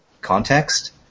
context